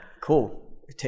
cool